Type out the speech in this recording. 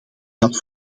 dat